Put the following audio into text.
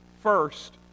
first